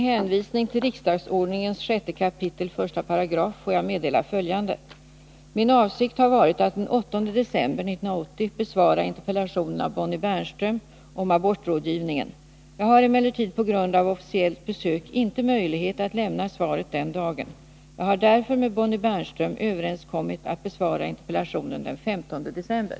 Herr talman! Jag avsåg att i dag lämna svar på en interpellation av Bengt Wittbom om rörligheten på arbetsmarknaden. Då Bengt Wittbom är förhindrad att i dag närvara i riksdagen, avser jag att besvara interpellationen måndagen den 15 december.